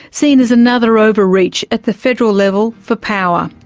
seen as another over-reach at the federal level for power.